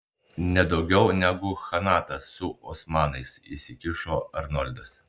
nedaugiau negu chanatas su osmanais įsikišo arnoldas